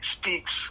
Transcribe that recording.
speaks